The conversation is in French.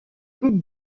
coupe